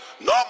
No